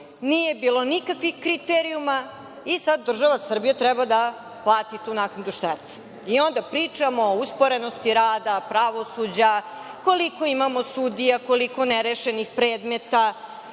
Nije bilo nikakvih kriterijuma i sada država Srbija treba da plati tu naknadu štete. Onda pričamo o usporenosti rada pravosuđa, koliko imamo sudija, koliko nerešenih predmeta.